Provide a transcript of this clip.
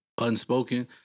unspoken